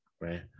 right